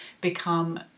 become